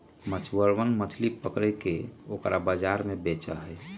मछुरवन मछली पकड़ के ओकरा बाजार में बेचा हई